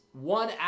one